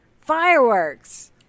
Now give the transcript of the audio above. Fireworks